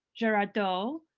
girardeau,